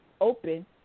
open